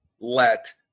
let